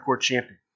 Champion